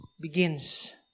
begins